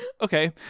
okay